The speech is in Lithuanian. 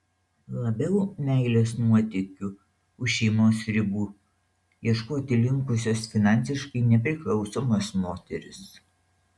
labiau meilės nuotykių už šeimos ribų ieškoti linkusios finansiškai nepriklausomos moterys